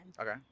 Okay